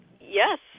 Yes